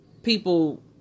people